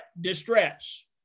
distress